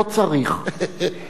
עם כל הכבוד,